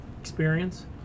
experience